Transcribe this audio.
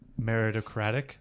meritocratic